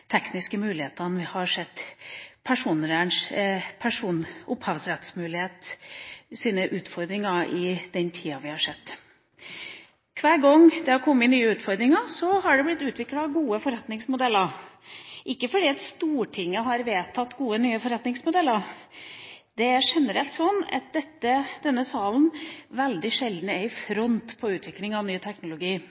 tekniske mulighetene som vi så langt har sett gir utfordringer når det gjelder rettighetshavernes muligheter. Hver gang det har kommet nye utfordringer, har det blitt utviklet gode forretningsmodeller. Ikke fordi Stortinget har vedtatt gode, nye forretningsmodeller – det er generelt sånn at denne salen veldig sjelden er i front på utvikling av ny teknologi.